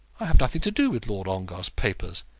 i have nothing to do with lord ongar's papers.